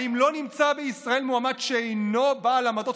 האם לא נמצא בישראל מועמד שאינו בעל עמדות